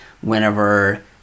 whenever